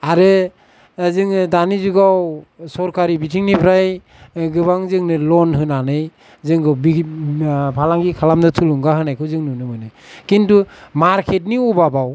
आरो जोङो दानि जुगाव सरखारि बिथिंनिफ्राय गोबां जोंनो लन होनानै जोंखौ बि फालांगि खालामनो थुलुंगा होनायखौ जों नुनो मोनो किन्तु मार्केतनि अभाबाव